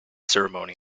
ceremony